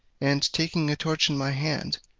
and taking a torch in my hand,